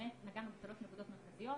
באמת נגענו בשלוש נקודות מרכזיות,